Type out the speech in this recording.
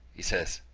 he says,